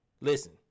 listen